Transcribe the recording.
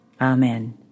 Amen